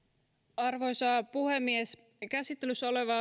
arvoisa puhemies käsittelyssä oleva